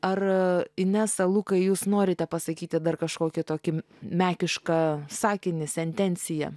ar inesa lukai jūs norite pasakyti dar kažkokį tokį mekišką sakinį sentenciją